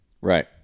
Right